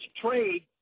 trade